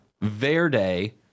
Verde